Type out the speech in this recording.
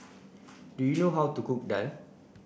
do you know how to cook Daal